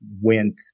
went